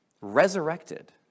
resurrected